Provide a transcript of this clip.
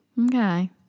okay